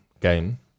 game